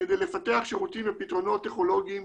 כדי לפתח שירותים ופתרונות טכנולוגיים